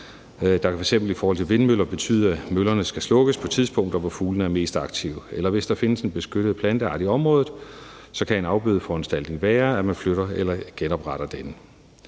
Det kan f.eks. i forhold til vindmøller betyde, at møllerne skal slukkes på tidspunkter, hvor fuglene er mest aktive. Eller hvis der findes en beskyttet planteart i området, kan en afbødeforanstaltning være, at man flytter eller genopretter denne.